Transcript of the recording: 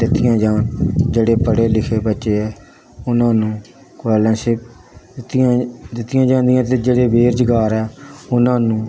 ਦਿੱਤੀਆਂ ਜਾਣ ਜਿਹੜੇ ਪੜ੍ਹੇ ਲਿਖੇ ਬੱਚੇ ਹੈ ਉਹਨਾਂ ਨੂੰ ਸਕੋਲੋਰਸ਼ਿਪ ਦਿੱਤੀਆਂ ਦਿੱਤੀਆਂ ਜਾਂਦੀਆਂ ਅਤੇ ਜਿਹੜੇ ਬੇਰੁਜ਼ਗਾਰ ਹੈ ਉਹਨਾਂ ਨੂੰ